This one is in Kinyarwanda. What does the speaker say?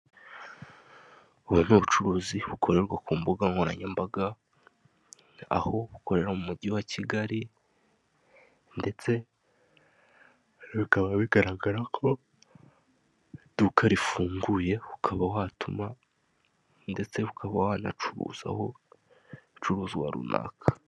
Ubu ni ubucuruzi bukorerwa ku mbuga nkoranyambaga, aho bukorera mu mugi wa Kigali ndetse bikaba bigaragara ko iduka rifunguye, ukaba watuma ndetse ukaba wancuruzaho ibicuruzwa runaka.